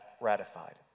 ratified